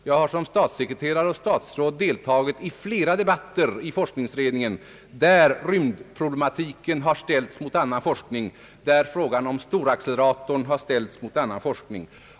Jag har som statssekreterare och statsråd deltagit i flera debatter i forskningsberedningen där rymdproblematiken har ställts mot annan forskning, där frågan om storacceleratorn har ställts mot annan forskning.